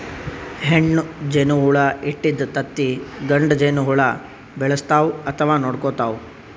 ಹೆಣ್ಣ್ ಜೇನಹುಳ ಇಟ್ಟಿದ್ದ್ ತತ್ತಿ ಗಂಡ ಜೇನಹುಳ ಬೆಳೆಸ್ತಾವ್ ಅಥವಾ ನೋಡ್ಕೊತಾವ್